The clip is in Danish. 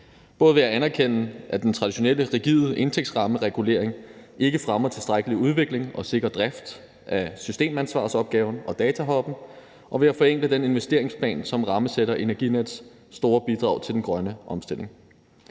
både ved at anerkende, at den traditionelle rigide indtægtsrammeregulering ikke fremmer tilstrækkelig udvikling og sikker drift af systemansvarsopgaven og DataHub, og ved at forenkle den investeringsplan, som rammesætter Energinets store bidrag til den grønne omstilling.